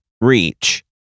reach